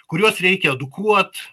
kuriuos reikia edukuot